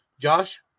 Josh